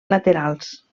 laterals